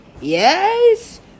Yes